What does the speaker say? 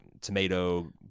tomato